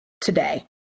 today